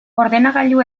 ordenagailu